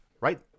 right